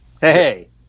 Hey